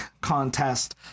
Contest